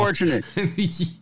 unfortunate